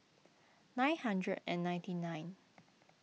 nine hundred and ninety nine